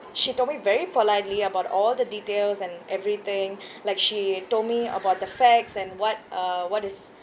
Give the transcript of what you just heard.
she told me very politely about all the details and everything like she told me about the facts and what uh what is